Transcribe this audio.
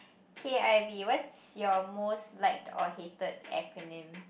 okay I'll be what's your most liked or hated acronym